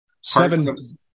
seven